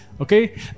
Okay